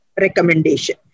recommendation